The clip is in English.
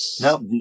No